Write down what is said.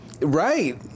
right